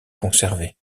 conservées